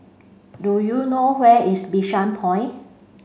do you know where is Bishan Point